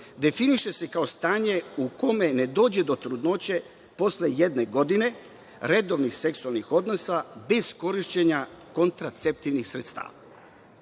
definiše se kao stanje u kome ne dođe do trudnoće posle jedne godine redovnih seksualnih odnosa bez korišćenja kontraceptivnih sredstava.